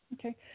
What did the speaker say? Okay